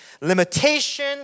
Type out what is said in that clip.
limitation